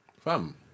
Fam